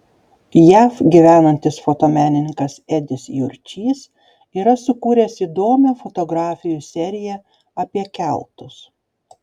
jav gyvenantis fotomenininkas edis jurčys yra sukūręs įdomią fotografijų seriją apie keltus